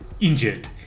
injured